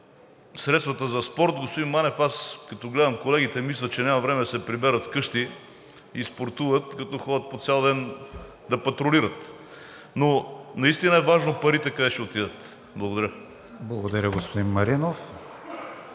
средствата за спорт, господин Манев, аз, като гледам колегите, мисля, че нямат време да се приберат вкъщи и спортуват, като ходят по цял ден да патрулират. Но наистина е важно къде ще отидат парите. Благодаря.